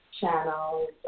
channels